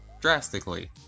drastically